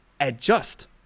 adjust